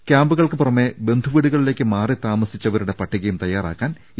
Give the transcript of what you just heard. ക്യാമ്പുകൾക്ക് പുറമെ ബന്ധു വീടുകളിലേക്ക് മാറി താമസിച്ചവരുടെ പട്ടികയും തയ്യാ റാക്കാൻ ഇ